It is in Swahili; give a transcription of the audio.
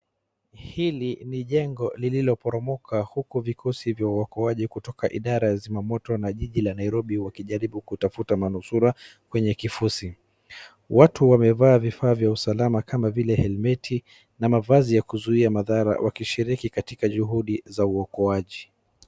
Hili ni jengo liloporomoka huku vikosi vya uokoaji kutoka idara ya zima moto na jiji la nairobi wakijaribu kutafuta manusura kwenye kifosi. Watu wamevaa vifaa vya usalama kama vile hemeti na mavazi ya kuzuia madhara wakishiriki katika juhudi za uokoaji.